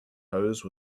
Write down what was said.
hose